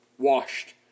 washed